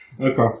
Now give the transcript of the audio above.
Okay